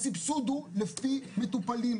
הסבסוד הוא לפי מטופלים.